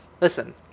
Listen